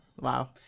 Wow